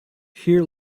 here